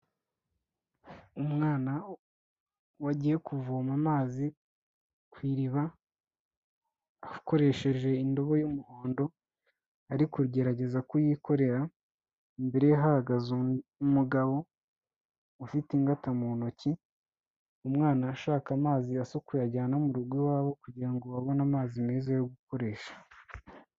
Umwana wagiye kuvoma amazi ku iriba akoresheje indobo y'umuhondo, ari kugerageza kuyikorera imbere ye hahagaze umugabo ufite ingata mu ntoki, umwana ashaka amazi asukuye ajyana mu rugo iwabo kugira ngo babone amazi meza yo gukoresha.